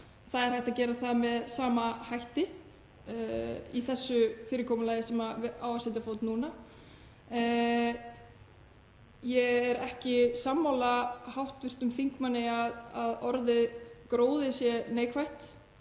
Það er hægt að gera það með sama hætti í þessu fyrirkomulagi sem á að setja á fót núna. Ég er ekki sammála hv. þingmanni að orðið gróði sé neikvætt